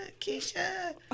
Keisha